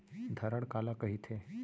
धरण काला कहिथे?